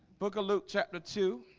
book of luke chapter two